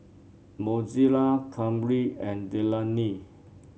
Mozella Kamryn and Delaney